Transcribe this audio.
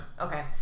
Okay